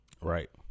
Right